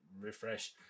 refresh